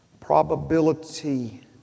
Probability